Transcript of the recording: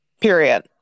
Period